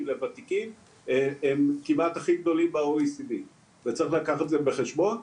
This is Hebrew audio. לותיקים הם כמעט הכי גדולים ב-OECD וצריך לקחת את זה בחשבון.